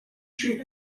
street